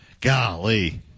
Golly